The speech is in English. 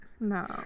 No